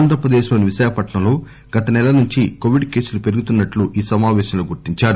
ఆంధ్రప్రదేశ్ లోని విశాఖపట్నంలో గత సెల నుంచి కోవిడ్ కేసులు పెరుగుతున్నట్లు ఈ సమాపేశంలో గుర్తించారు